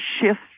shift